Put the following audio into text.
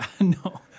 No